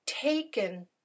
taken